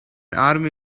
army